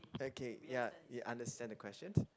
okay ya you understand the question